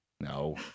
No